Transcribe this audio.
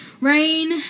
Rain